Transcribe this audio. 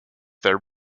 their